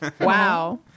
Wow